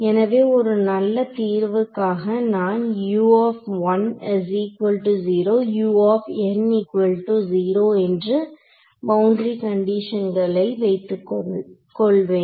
எனவே ஒரு நல்ல தீர்வுக்காக நான் என்னும் பௌண்டரி கண்டிஷன்ஸ்களை வைத்துக் கொள்வேன்